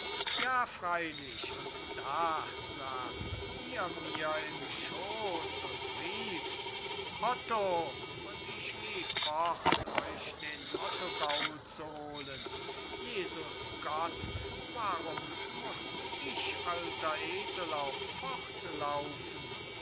ja freylich und da saß't ihr mir im schoos und rief't hotto und ich lief fort euch den hotto gaul zu holen jesus gott warum mußt ich alter esel auch